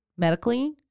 medically